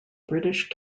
british